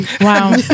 Wow